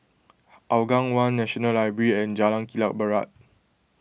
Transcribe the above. Hougang one National Library and Jalan Kilang Barat